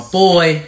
boy